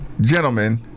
gentlemen